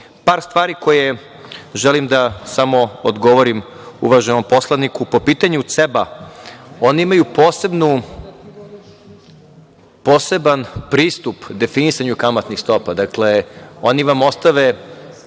stvari koje samo želim da odgovorim uvaženom poslaniku po pitanju CEBA. Oni imaju poseban pristup definisanju kamatnih stopa. Dakle, oni vam ostave